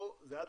פה זה עד